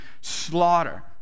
slaughter